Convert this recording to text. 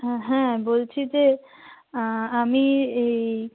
হ্যাঁ হ্যাঁ বলছি যে আমি এই